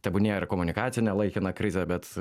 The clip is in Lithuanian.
tebūnie ir komunikacinę laikiną krizę bet